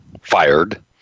fired